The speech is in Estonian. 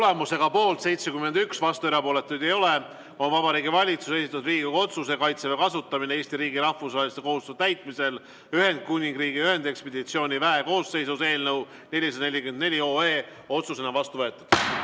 Tulemusega poolt 71, vastuolijaid ega erapooletuid ei ole, on Vabariigi Valitsuse esitatud Riigikogu otsuse "Kaitseväe kasutamine Eesti riigi rahvusvaheliste kohustuste täitmisel Ühendkuningriigi ühendekspeditsiooniväe koosseisus" eelnõu 444 otsusena vastu võetud.